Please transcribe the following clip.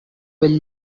bell